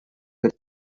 per